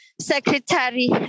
secretary